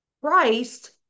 Christ